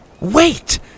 Wait